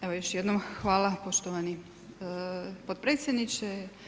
Evo još jednom hvala poštovani potpredsjedniče.